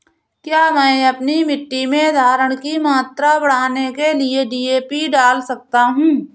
क्या मैं अपनी मिट्टी में धारण की मात्रा बढ़ाने के लिए डी.ए.पी डाल सकता हूँ?